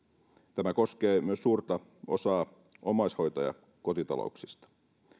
tämä koskee myös suurta osaa omaishoitajakotitalouksista